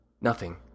Nothing